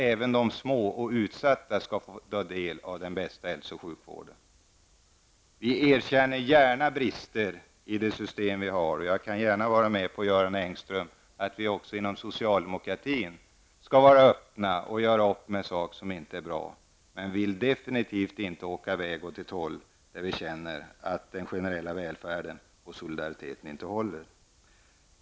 Även de små och utsatta skall kunna få del av den bästa hälso och sjukvården. Vi erkänner gärna att det finns brister i nuvarande system. Vidare håller jag gärna med Göran Engström om att också vi inom socialdemokratin skall vara öppna för och göra upp av sådant som inte är bra. Men vi vill definitivt inte vara med om att skapa en situation där vi upplever att den generella välfärden och solidariteten inte längre håller.